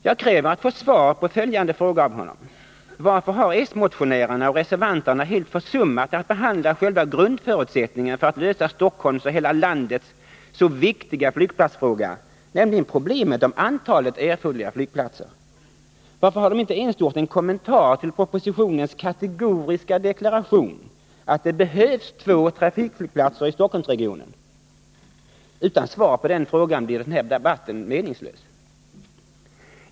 Jag kräver att få svar av Bertil Zachrisson på följande fråga: Varför har de socialdemokratiska motionärerna och reservanterna helt försummat att behandla själva grundförutsättningen för att lösa Stockholms och hela landets så viktiga flygplatsfråga, nämligen problemet med antalet erforderliga flygplatser? Varför har de inte ens gjort en kommentar till propositionens kategoriska deklaration att det behövs två trafikflygplatser i Stockholmsregionen? Utan svar på denna fråga blir den här debatten meningslös.